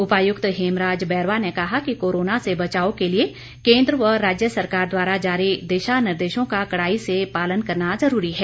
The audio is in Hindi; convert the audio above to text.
उपायुक्त हेमराज बैरवा ने कहा कि कोरोना से बचाव के लिए केन्द्र व राज्य सरकार द्वारा जारी दिशा निर्देशों का कड़ाई से पालन करना जरूरी है